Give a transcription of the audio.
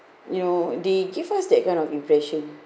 you know they give us that kind of impression